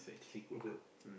good